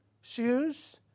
shoes